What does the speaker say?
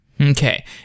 Okay